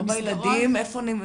רוב הילדים איפה?